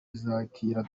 izakira